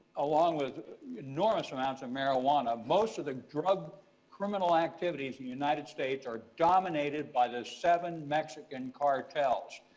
along with enormous amounts of marijuana. most of the drug criminal activities in the united states are dominated by the seven mexican cartels.